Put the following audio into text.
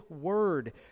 word